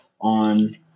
on